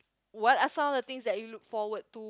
what are some of the things that you look forward to